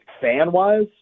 fan-wise